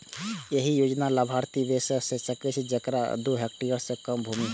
एहि योजनाक लाभार्थी वैह भए सकै छै, जेकरा दू हेक्टेयर सं कम भूमि होय